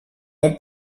mon